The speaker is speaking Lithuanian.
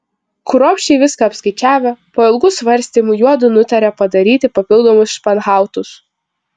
kruopščiai viską apskaičiavę po ilgų svarstymų juodu nutarė padaryti papildomus španhautus